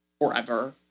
forever